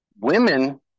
women